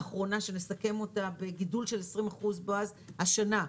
האחרונה, שנסכם אותה בגידול של 20% השנה.